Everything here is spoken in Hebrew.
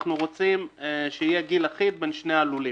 אנחנו רוצים שיהיה גיל אחיד בין שני הלולים.